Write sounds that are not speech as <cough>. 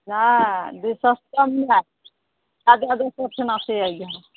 हँ दू सए कम <unintelligible> दोसर ठिना सियैहऽ